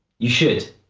you should.